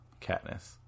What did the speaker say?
Katniss